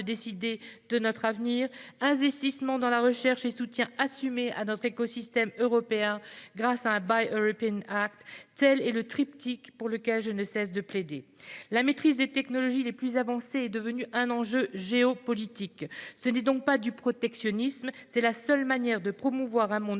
décider de notre avenir, ainsi qu'un investissement dans la recherche et un soutien assumé à notre écosystème européen, grâce à un : tel est le triptyque pour lequel je ne cesse de plaider. La maîtrise des technologies les plus avancées est devenue un enjeu géopolitique. Cette approche n'est donc pas du protectionnisme ; c'est la seule manière de promouvoir un monde